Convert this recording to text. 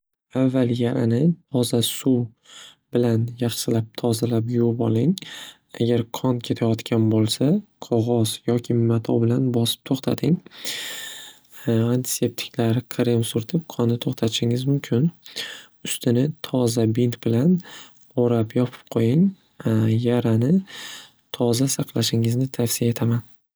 Avval yarani toza suv bilan yaxshilab tozalab yuvib oling agar qon ketayotgan bo'lsa qog'oz yoki mato bilan bosib toxtating. Antiseptiklar krem surtib qonni to'xtatishingiz mumkin ustini toza bint bilan o'rab yopib qo'ying, yarani toza saqlashingizni tavsiya etaman.